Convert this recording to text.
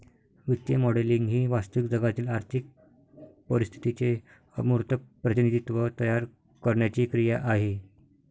वित्तीय मॉडेलिंग ही वास्तविक जगातील आर्थिक परिस्थितीचे अमूर्त प्रतिनिधित्व तयार करण्याची क्रिया आहे